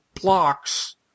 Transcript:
blocks